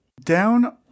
Down